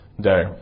day